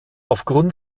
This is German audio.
aufgrund